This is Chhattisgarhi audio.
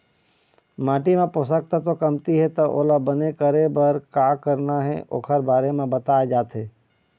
माटी म पोसक तत्व कमती हे त ओला बने करे बर का करना हे ओखर बारे म बताए जाथे